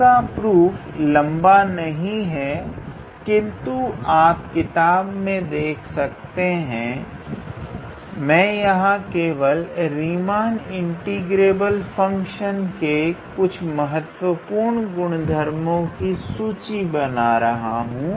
इसका प्रूफ लंबा नहीं है किंतु आप किताब से देख सकते हैं मैं यहां केवल रीमान इंटीग्रेबल फंक्शनस के कुछ महत्वपूर्ण गुण धर्मों की सूची बना रहा हूं